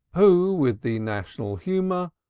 who, with the national humor,